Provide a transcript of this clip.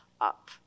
up